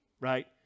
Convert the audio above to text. right